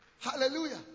Hallelujah